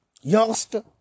youngster